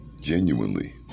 genuinely